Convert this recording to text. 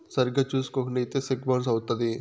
సరిగ్గా చూసుకోకుండా ఇత్తే సెక్కు బౌన్స్ అవుత్తది